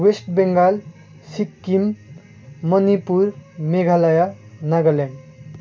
West Bengal Sikkim Manipur Meghalaya Nagaland